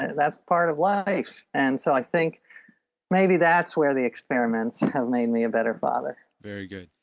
and that's part of life. and so i think maybe that's where the experiments have made me a better father very good.